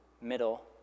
middle